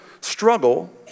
struggle